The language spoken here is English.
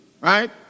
right